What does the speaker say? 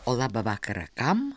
o labą vakarą kam